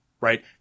right